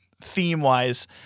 theme-wise